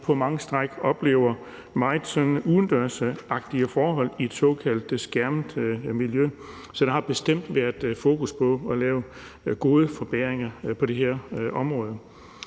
på mange stræk oplever meget udendørsagtige forhold i et såkaldt skærmet miljø. Så der har bestemt været fokus på at lave forbedringer på det her område.